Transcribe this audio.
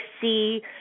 see